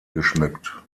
geschmückt